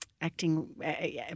acting